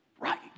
Right